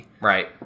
Right